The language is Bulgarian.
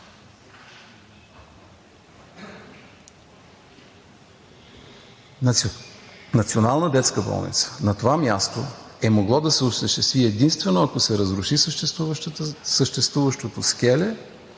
Национална детска болница на това място е могло да се осъществи единствено ако се разруши съществуващото скеле,